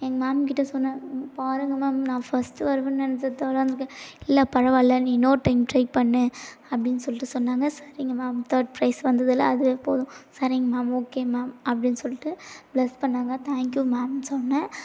எங்கள் மேம்கிட்ட சொன்னேன் பாருங்கள் மேம் நான் ஃபஸ்ட்டு வருவேன்னு நினச்சேன் தேர்ட்டாக வந்திருக்கேன் இல்லை பரவாயில்ல நீ இன்னொரு டைம் ட்ரை பண்ணு அப்படின்னு சொல்லிட்டு சொன்னாங்க சரிங்க மேம் தேர்ட் ப்ரைஸ் வந்ததில் அதுவே போதும் சரிங்க மேம் ஓகே மேம் அப்படின்னு சொல்லிட்டு பிளஸ் பண்ணாங்க தேங்க் யூ மேம்ன்னு சொன்னேன்